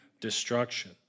destruction